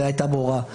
אבל היא הייתה ברורה.